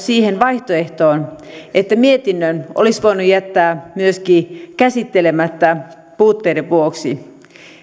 siihen vaihtoehtoon että mietinnön olisi voinut jättää myöskin käsittelemättä puutteiden vuoksi